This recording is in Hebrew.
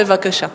בבקשה.